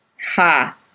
Ha